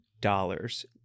dollars